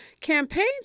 campaigns